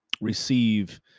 receive